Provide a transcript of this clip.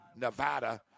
Nevada